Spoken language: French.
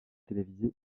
télévisée